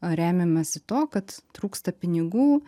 remiamasi to kad trūksta pinigų